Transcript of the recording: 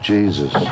Jesus